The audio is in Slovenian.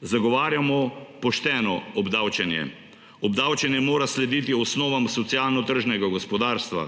Zagovarjamo pošteno obdavčenje. Obdavčenje mora slediti osnovam socialno tržnega gospodarstva.